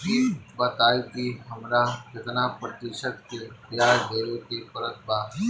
ई बताई की हमरा केतना प्रतिशत के ब्याज देवे के पड़त बा?